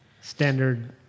standard